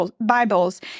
Bibles